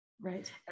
right